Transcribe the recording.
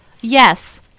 Yes